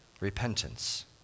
Repentance